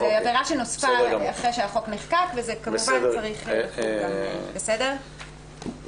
זו עבירה שנוספה אחרי שהחוק נחקק וזה כמובן צריך --- בסדר גמור.